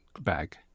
bag